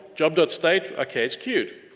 job dot state, okay, it's queued.